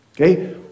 Okay